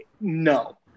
no